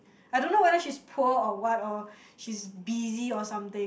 I don't know whether she's poor or what or she's busy or something